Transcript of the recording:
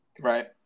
Right